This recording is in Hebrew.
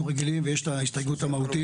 רגילים להן ויש את ההסתייגות המהותית.